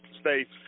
states